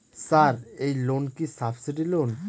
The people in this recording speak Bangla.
স্যার এই লোন কি সাবসিডি লোন?